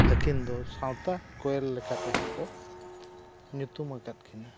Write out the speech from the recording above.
ᱟᱹᱠᱤᱱ ᱫᱚ ᱥᱟᱶᱛᱟ ᱠᱚᱭᱮᱞ ᱞᱮᱠᱟᱛᱮ ᱦᱚᱸᱠᱚ ᱧᱩᱛᱩᱢ ᱟᱠᱟᱫ ᱠᱤᱱᱟᱹ